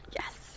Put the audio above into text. Yes